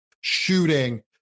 shooting